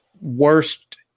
worst